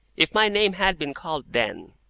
if my name had been called then,